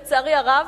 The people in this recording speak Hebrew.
לצערי הרב,